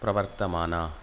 प्रवर्तमाना